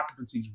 occupancies